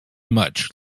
much